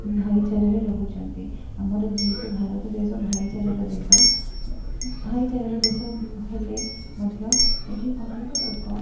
ଭାଇଚାରାରେ ରହୁଛନ୍ତି ଆମର ଯେହେତୁ ଭାରତ ଦେଶ ଭାଇଚାରାର ଦେଶ ଭାଇଚାରାର ଦେଶ ହେଲେ ମଧ୍ୟ ଏଠି ଅନେକ ଲୋକ